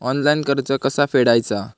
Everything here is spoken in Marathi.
ऑनलाइन कर्ज कसा फेडायचा?